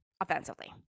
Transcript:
offensively